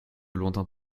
lointains